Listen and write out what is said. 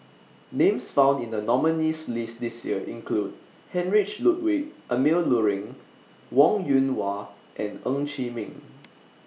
Names found in The nominees' list This Year include Heinrich Ludwig Emil Luering Wong Yoon Wah and Ng Chee Meng